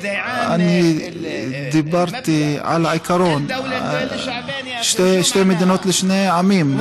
אני דיברתי על העיקרון, שתי מדינות לשני עמים.